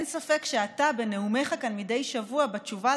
ואין ספק שאתה בנאומיך כאן מדי שבוע בתשובה